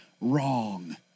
Wrong